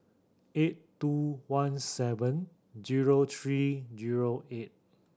eight two one seven zero three zero eight